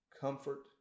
comfort